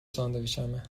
ساندویچمه